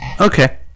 Okay